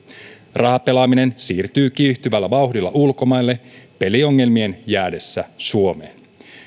rahapelaaminen siirtyy kiihtyvällä vauhdilla ulkomaille peliongelmien jäädessä suomeen